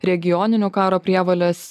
regioninių karo prievolės